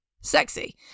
sexy